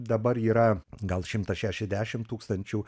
dabar yra gal šimtas šešiasdešim tūkstančių